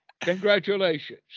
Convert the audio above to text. Congratulations